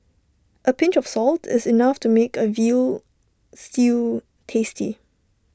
A pinch of salt is enough to make A Veal Stew tasty